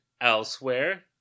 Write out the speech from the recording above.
elsewhere